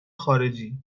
خارجی